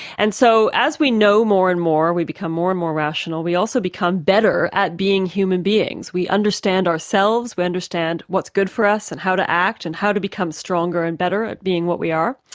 and so as we know more and more, we become more and more rational, we also become better at being human beings. we understand ourselves, we understand what's good for us and how to act, and how to become stronger and better at being what we are.